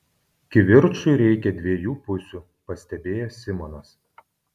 kivirčui reikia dviejų pusių pastebėjo simonas